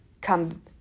come